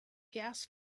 gas